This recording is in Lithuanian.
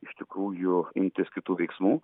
iš tikrųjų imtis kitų veiksmų